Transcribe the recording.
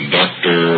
doctor